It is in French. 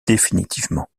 définitivement